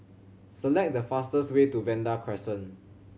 select the fastest way to Vanda Crescent